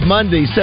Monday